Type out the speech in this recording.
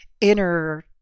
inner